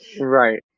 Right